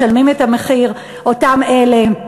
משלמים את המחיר אותם אלה,